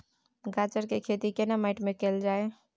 गाजर के खेती केना माटी में कैल जाए?